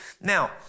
Now